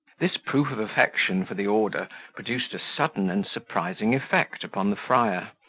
this proof of affection for the order produced a sudden and surprising effect upon the friar.